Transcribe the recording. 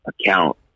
account